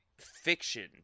fiction